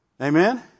Amen